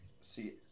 See